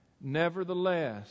Nevertheless